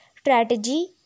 strategy